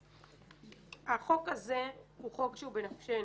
החוק הזה הוא חוק שהוא בנפשנו,